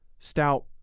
Stout